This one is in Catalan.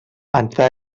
entre